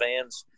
fans